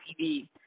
TV